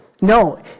No